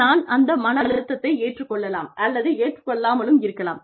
நான் அந்த மன அழுத்தத்தை ஏற்றுக் கொள்ளலாம் அல்லது ஏற்றுக்கொள்ளாமலும் இருக்கலாம்